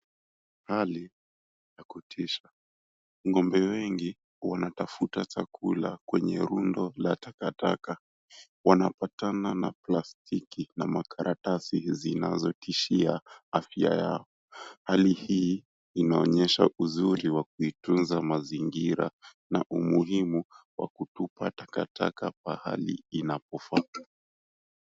Hali ya kutosha ng'ombe wengi wanatafuta chakula kwenye rundo la takataka wanapatana na plastiki na makaratasi zinazotishia afya yao. Hali hii inaonyesha uzuri wa kuitunza mazingira na umuhimu wa kutupa takataka pahali inapofaa.